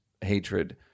hatred